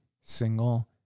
single